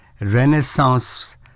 Renaissance